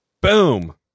Boom